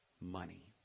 money